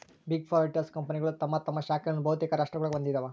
big four auditors ಕಂಪನಿಗಳು ತಮ್ಮ ತಮ್ಮ ಶಾಖೆಗಳನ್ನು ಬಹುತೇಕ ರಾಷ್ಟ್ರಗುಳಾಗ ಹೊಂದಿವ